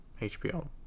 HBO